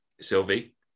Sylvie